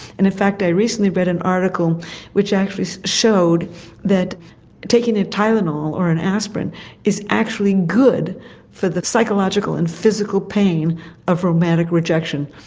and in fact i recently read an article which actually showed that taking a tylenol or an aspirin is actually good for the psychological and physical pain of romantic rejection.